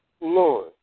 Lord